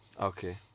okay